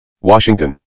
Washington